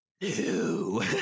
Ew